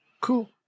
Cool